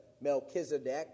Melchizedek